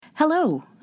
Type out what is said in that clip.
Hello